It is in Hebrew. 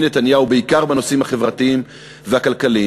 נתניהו בעיקר בנושאים החברתיים והכלכליים,